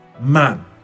man